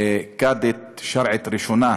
לקאדית שרעית, ראשונה,